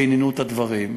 רעננו את הדברים.